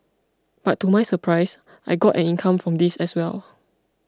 but to my surprise I got an income from this as well